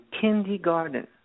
kindergarten